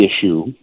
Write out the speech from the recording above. issue